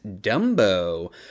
Dumbo